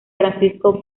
francisco